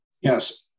yes